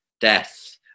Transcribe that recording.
death